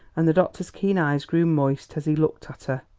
and the doctor's keen eyes grew moist as he looked at her.